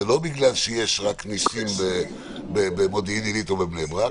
זה לא בגלל שיש רק נסים במודיעין עילית או בבני ברק.